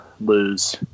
lose